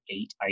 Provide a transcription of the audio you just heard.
eight